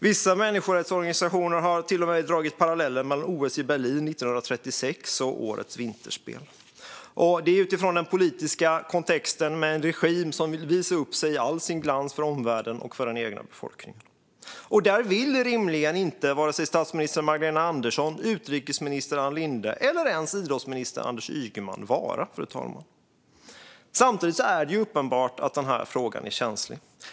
Vissa människorättsorganisationer har till och med dragit paralleller mellan OS i Berlin 1936 och årets vinterspel, utifrån den politiska kontexten med en regim som vill visa upp sig i all sin glans för omvärlden och för den egna befolkningen. Där vill rimligen inte vare sig statsminister Magdalena Andersson, utrikesminister Ann Linde eller ens idrottsminister Anders Ygeman vara. Samtidigt är det ju uppenbart att den här frågan är känslig.